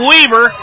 Weaver